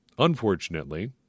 Unfortunately